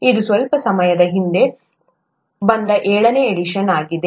ಇದು ಸ್ವಲ್ಪ ಸಮಯದ ಹಿಂದೆ ಬಂದ ಏಳನೇ ಎಡಿಷನ್ ಆಗಿದೆ